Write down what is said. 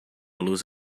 luz